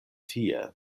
tie